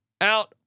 out